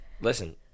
Listen